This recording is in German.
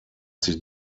sich